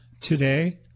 today